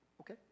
Okay